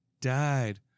Died